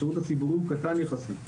השירות הציבורי קטן יחסית,